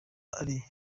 ariko